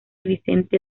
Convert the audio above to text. vicente